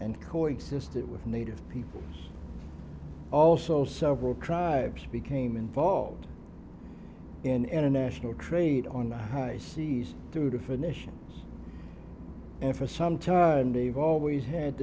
and coexist with native people also several tribes became involved in an international trade on the high seas through to finish an effort sometime they've always had